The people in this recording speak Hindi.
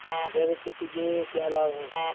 जैविक खेती के क्या लाभ हैं?